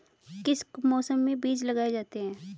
किस मौसम में बीज लगाए जाते हैं?